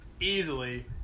easily